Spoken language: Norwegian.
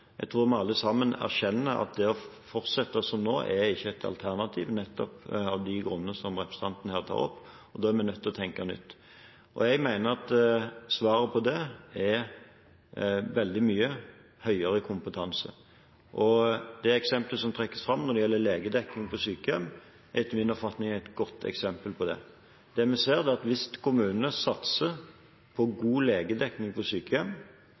fortsette som nå er ikke et alternativ nettopp av de grunnene som representanten her tar opp, og da er vi nødt til å tenke nytt. Jeg mener at svaret på det er veldig mye høyere kompetanse, og det eksemplet som trekkes fram når det gjelder legedekningen på sykehjem, er etter min oppfatning et godt eksempel på det. Det vi ser, er at hvis kommunene satser på god legedekning på sykehjem,